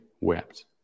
wept